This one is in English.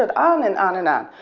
ah um and on and on.